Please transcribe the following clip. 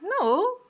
No